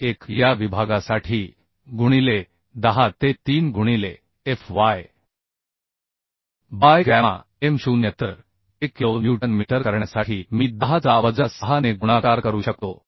11 या विभागासाठी गुणिले 10 ते 3 गुणिले Fy बाय गॅमा M0 तर ते किलो न्यूटन मीटर करण्यासाठी मी 10 चा वजा 6 ने गुणाकार करू शकतो